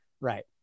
Right